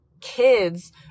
kids